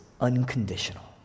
unconditional